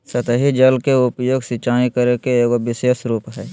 सतही जल के उपयोग, सिंचाई करे के एगो विशेष रूप हइ